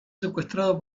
secuestrado